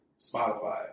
Spotify